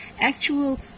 actual